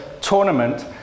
tournament